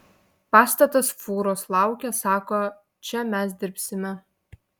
pastatas fūros laukia sako čia mes dirbsime